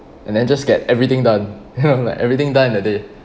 and then just get everything done like everything done in a day